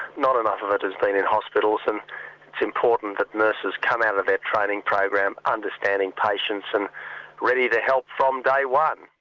not enough of it has been in hospitals, and it's important that nurses come out of their training program understanding patients, and ready to help from day one.